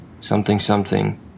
Something-something